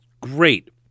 great